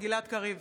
(קוראת בשם